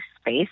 space